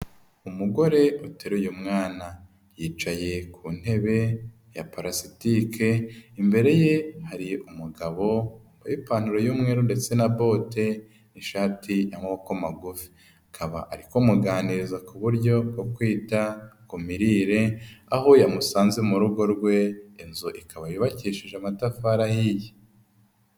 Umugore uteruye umwana. Yicaye ku ntebe ya palasitike, imbere ye hari umugabo wamabaye ipantaro y'umweru ndetse na bote, ishati y'amako magufi. Akaba ari kumuganiriza ku buryo bwo kwita ku mirire, aho yamusanze mu rugo rwe ,inzu ikaba yubakishije amatafari ahiye.